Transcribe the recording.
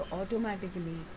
automatically